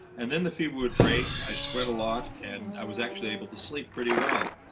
and then the fever would break. i'd sweat a lot. and i was actually able to sleep pretty well.